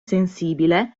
sensibile